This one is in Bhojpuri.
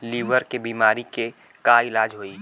लीवर के बीमारी के का इलाज होई?